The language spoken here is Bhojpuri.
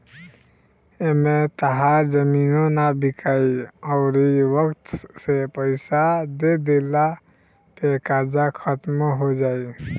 एमें तहार जमीनो ना बिकाइ अउरी वक्त से पइसा दे दिला पे कर्जा खात्मो हो जाई